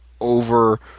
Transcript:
over